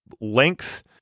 length